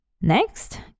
Next